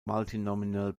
multinomial